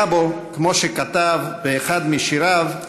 היה בו, כמו שכתב באחד משיריו: